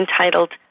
entitled